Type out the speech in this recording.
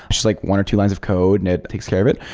just like one or two lines of code and it takes care of it,